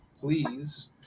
please